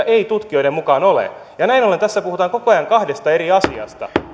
ei tutkijoiden mukaan ole näin ollen tässä puhutaan koko ajan kahdesta eri asiasta